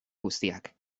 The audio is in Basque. guztiak